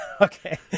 Okay